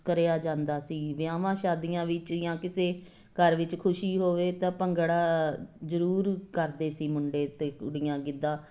ਕਰਿਆ ਜਾਂਦਾ ਸੀ ਵਿਆਹਾਂ ਸ਼ਾਦੀਆਂ ਵਿੱਚ ਜਾਂ ਕਿਸੇ ਘਰ ਵਿੱਚ ਖੁਸ਼ੀ ਹੋਵੇ ਤਾਂ ਭੰਗੜਾ ਜ਼ਰੂਰ ਕਰਦੇ ਸੀ ਮੁੰਡੇ ਅਤੇ ਕੁੜੀਆਂ ਗਿੱਧਾਂ